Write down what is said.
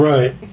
Right